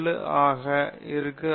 7 ஆக 0